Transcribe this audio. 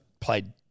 played